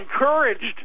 encouraged